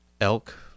Elk